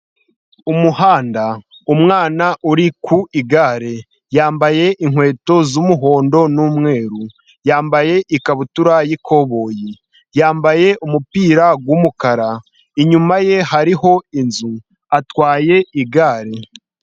Umuhanda, umwana uri ku igare yambaye inkweto z'umuhondo n'umweru, yambaye ikabutura y'ikoboyi, yambaye umupira w'umukara. Inyuma ye hariho inzu. Atwaye igare.